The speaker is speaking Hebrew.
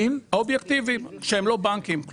שהם לא בנקים.